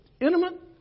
intimate